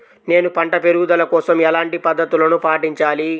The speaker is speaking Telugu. నేను పంట పెరుగుదల కోసం ఎలాంటి పద్దతులను పాటించాలి?